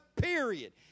period